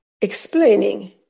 explaining